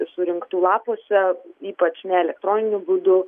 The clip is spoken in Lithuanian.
surinktų lapuose ypač ne elektroniniu būdu